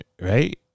right